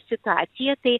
situaciją tai